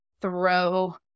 throw